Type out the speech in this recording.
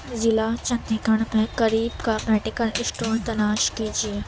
ضلع چندی گڑھ میں قریب کا میڈیکل اسٹور تلاش کجیے